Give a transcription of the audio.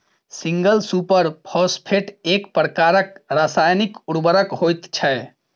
single super phosphate एक प्रकारक रासायनिक उर्वरक होइत छै